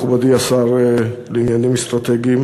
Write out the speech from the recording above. מכובדי השר לעניינים אסטרטגיים,